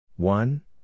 One